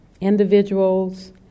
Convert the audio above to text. individuals